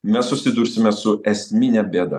mes susidursime su esmine bėda